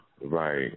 Right